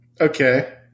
Okay